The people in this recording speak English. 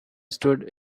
stood